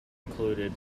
included